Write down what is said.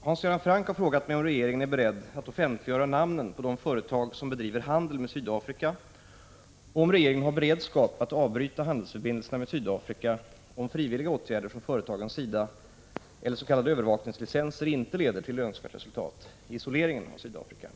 Hans Göran Franck har frågat mig om regeringen är beredd att offentliggöra namnen på de företag som bedriver handel med Sydafrika och om regeringen har beredskap att avbryta handelsförbindelserna med Sydafrika om frivilliga åtgärder från företagens sida eller s.k. övervakningslicenser inte 9” leder till önskvärt resultat i isoleringen av Sydafrika.